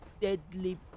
deadly